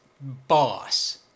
boss